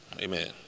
amen